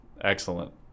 Excellent